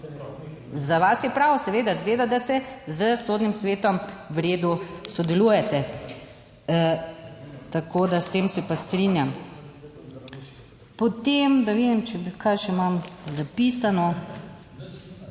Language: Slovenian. Za vas je prav, seveda. Izgleda, da s Sodnim svetom v redu sodelujete. Tako da s tem se pa strinjam... Potem, da vidim kaj še imam zapisano...